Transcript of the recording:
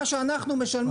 מה שאנחנו משלמים.